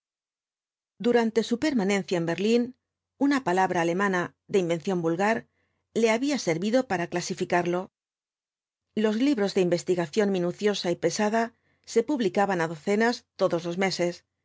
durante su permanencia en berlín una palabra alemana de invención vulgar le había servido para clasifi v blasco ibáñbz cario los libros de investigación minuciosa y pesada se publicaban á docenas todos los meses